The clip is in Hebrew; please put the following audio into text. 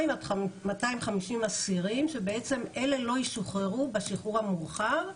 עד 250 אסירים שבעצם אלה לא ישוחררו בשחרור המאוחר.